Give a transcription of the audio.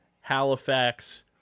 Halifax